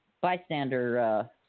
bystander